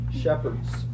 shepherds